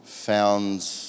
found